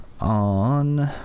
on